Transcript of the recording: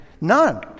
None